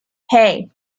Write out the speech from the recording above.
hey